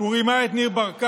הוא רימה את ניר ברקת,